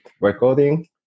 recording